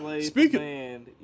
Speaking